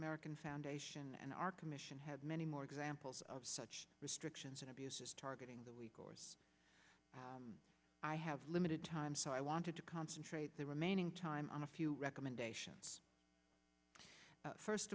american foundation and our commission had many more examples of such restrictions and abuses targeting the recourse i have limited time so i wanted to concentrate the remaining time on a few recommendations first